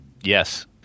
Yes